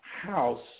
House